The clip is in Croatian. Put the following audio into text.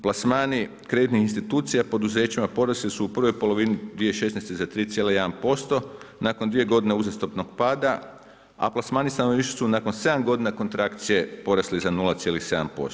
Plasmani kreditnih institucija, poduzećima porasli su u prvoj polovini 2016. za 3,1%, nakon 2 g. uzastopnog pada, a plasmani stanovništva su nakon 7 g. kontrakcije porasli za 0,7%